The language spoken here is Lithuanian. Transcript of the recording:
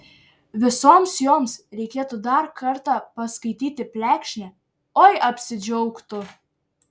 visoms joms reikėtų dar kartą paskaityti plekšnę oi apsidžiaugtų